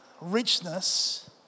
richness